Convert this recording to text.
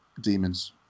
demons